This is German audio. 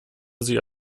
sie